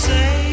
Say